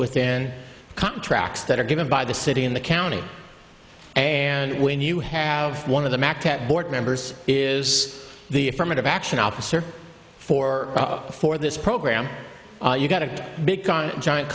within contracts that are given by the city in the county and when you have one of the board members is the affirmative action officer for for this program you've got a big con giant